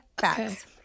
facts